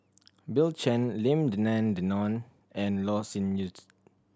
Bill Chen Lim Denan Denon and Loh Sin Needs